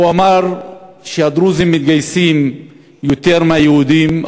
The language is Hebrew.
הוא אמר שהדרוזים מתגייסים יותר מהיהודים,